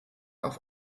auf